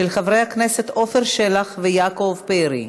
של חברי הכנסת עפר שלח ויעקב פרי.